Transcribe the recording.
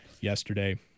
yesterday